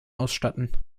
ausstatten